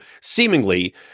seemingly